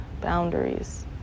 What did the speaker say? boundaries